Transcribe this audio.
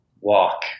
Walk